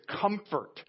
comfort